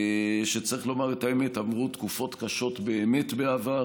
צריך לומר את האמת: הם עברו תקופות קשות באמת בעבר